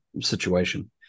situation